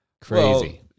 Crazy